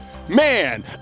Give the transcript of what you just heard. Man